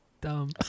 Dumb